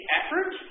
effort